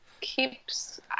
keeps